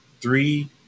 three